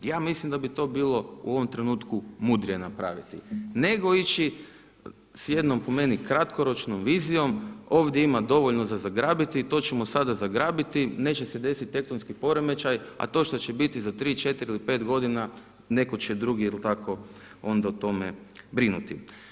Ja mislim da bi to bilo u ovom trenutku mudrije napraviti nego ići s jednom po meni kratkoročnom vizijom, ovdje ima dovoljno za zagrabiti i to ćemo sada zagrabiti, neće se desiti tektonski poremećaj, a to što će biti za tri, četiri ili pet godina neko će drugi jel tako onda o tome brinuti.